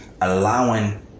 allowing